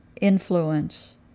influence